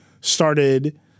started